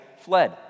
fled